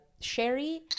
sherry